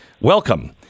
Welcome